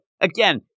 again